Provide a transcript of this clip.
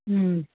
हूँ